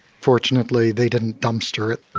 fortunately, they didn't dumpster it.